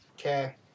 Okay